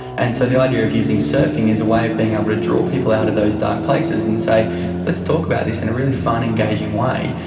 and so the idea of using surfing as a way of being able to draw people out of those dark places and say let's talk about this in a really fun, engaging way,